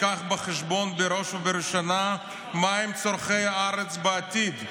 ניקח בחשבון בראש ובראשונה מה הם צורכי הארץ בעתיד,